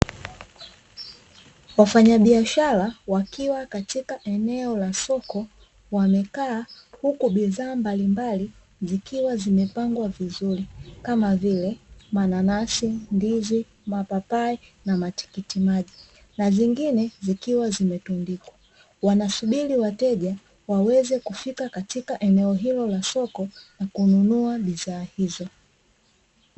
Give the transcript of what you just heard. Wafanyabiashara wakiwa katika eneo la soko wamekaa, huku bidhaa mbalimbali zikiwa zimepangwa vizuri kama vile; mananasi, ndizi, mapapai na matikiti maji, na zingine zikiwa zimetundikwa. Wanasubiri wateja waweze kufika katika eneo hilo la soko na kununua bidhaa hizo.